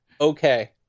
okay